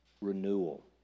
renewal